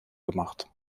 gemacht